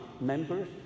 members